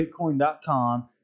bitcoin.com